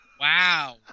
Wow